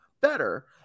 better